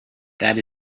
that